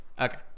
Okay